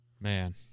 Man